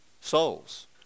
souls